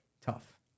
tough